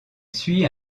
suit